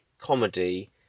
comedy